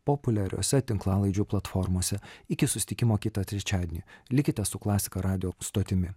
populiariuose tinklalaidžių platformose iki susitikimo kitą trečiadienį likite su klasika radijo stotimi